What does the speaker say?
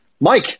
Mike